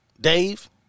Dave